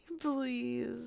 please